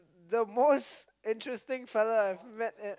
the most interesting fella I've met at